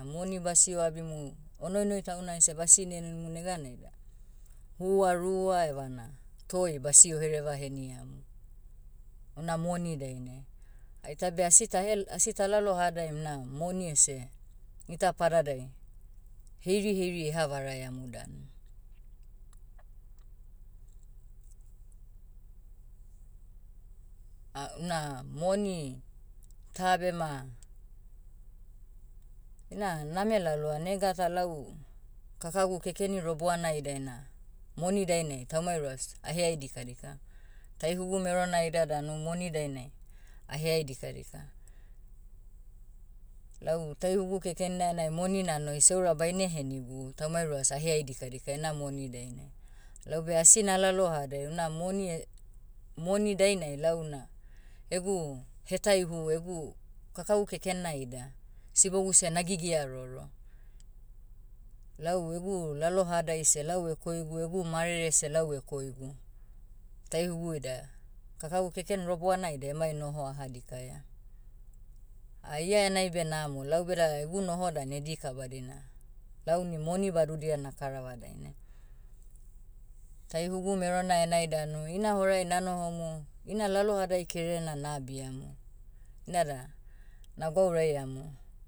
Moni basio abimu, o noinoi tauna ese basine heninimu neganai da, hua rua evana, toi basio hereva heniamu. Una moni dainai. Ah ita beh asi tahel- asi talalohadaim na moni ese, ita padadai, heiri heiri eha varaiamu danu. Ah una, moni, ta bema, ina name laloa nega ta lau, kakagu kekeni roboana ida ina, moni dainai taumai ruas, aheai dikadika. Taihugu merona ida danu moni dainai, aheai dikadika. Lau taihugu keken na enai moni nanoi seura baine henigu taumai ruas aheai dikadika ina moni dainai. Laube asi nalalohadai una moni eh- moni dainai launa, egu, hetaihu egu, kakagu keken na ida, sibogu seh nagigia roro. Lau egu lalohadai seh lau ekoigu egu marere seh lau ekoigu, taihugu ida, kakagu keken roboana ida emai noho aha dikaia. Ah ia enai beh namo laubeda egu noho dan edika badina, lau ni moni badudia nakarava dainai. Taihugu merona enai danu ina horai nanohomu, ina lalohadai kererena na abiamu. Inada, na gwauraiamu.